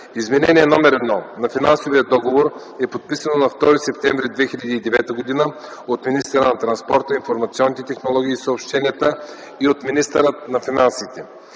Изменение № 1 на финансовия договор е подписано на 2 септември 2009 г. от министъра на транспорта, информационните технологии и съобщенията и от министъра на финансите.